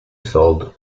sold